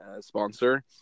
sponsor